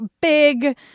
big